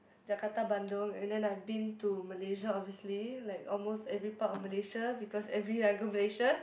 Jakarta Bandung and then I've been to Malaysia obviously like almost every part of Malaysia because every year I go Malaysia